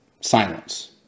silence